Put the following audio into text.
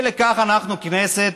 כי לכך אנחנו, הכנסת,